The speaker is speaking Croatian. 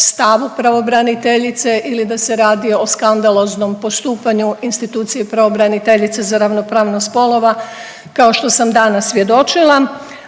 stavu pravobraniteljice ili da se radi o skandaloznom postupanju institucije pravobraniteljice za ravnopravnost spolova kao što sam danas svjedočila.